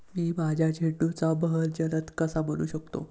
मी माझ्या झेंडूचा बहर जलद कसा बनवू शकतो?